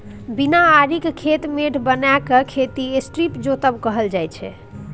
बिना आरिक खेत मेढ़ बनाए केँ खेती स्ट्रीप जोतब कहल जाइ छै